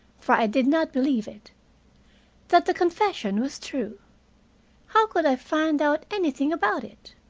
for i did not believe it that the confession was true how could i find out anything about it?